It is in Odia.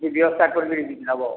କି ବ୍ୟବସ୍ଥା କର୍ବି ଇଦି ନେବ